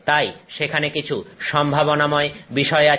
তাই সেখানে কিছু সম্ভাবনাময় বিষয় আছে